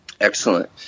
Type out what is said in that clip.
Excellent